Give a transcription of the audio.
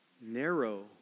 Narrow